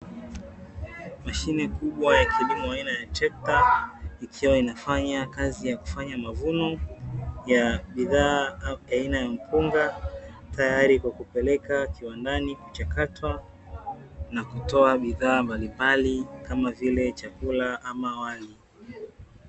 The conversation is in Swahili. Mashine kubwa ya kilimo aina ya trekta, ikiwa inafanya kazi ya kufanya mavuno ya bidhaa aina ya mpunga tayari kwa kupeleka kiwandani kuchakatwa na kutoa bidhaa mbalimbali kama vile chakula ama wali.